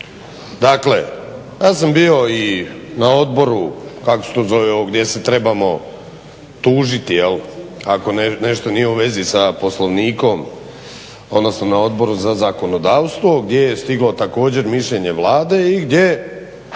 Dakle, ja sam bio i na odboru, kako se to zove ovo gdje se trebamo tužiti ako nešto nije u vezi sa Poslovnikom, odnosno na Odboru za zakonodavstvo gdje je stiglo također mišljenje Vlade i gdje